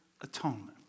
atonement